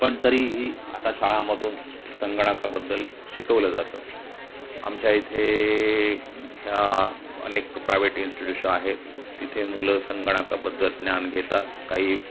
पण तरीही आता शाळामधून संगणकाबद्दल शिकवलं जातं आमच्या इथे ह्या अनेक प्रायवेट इन्सटीट्युशन आहेत तिथे मुलं संगणकाबद्दल ज्ञान घेतात काही